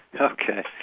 Okay